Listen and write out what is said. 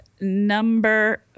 number